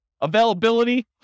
Availability